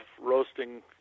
roasting